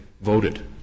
voted